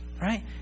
Right